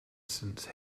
since